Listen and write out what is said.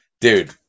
Dude